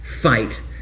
fight